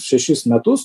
šešis metus